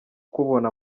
kubona